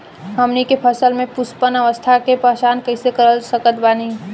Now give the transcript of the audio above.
हमनी के फसल में पुष्पन अवस्था के पहचान कइसे कर सकत बानी?